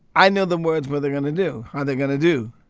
i know the words, what they're going to do, how they're going to do.